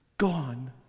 gone